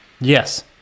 Yes